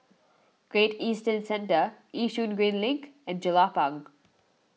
Great Eastern Centre Yishun Green Link and Jelapang